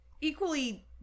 equally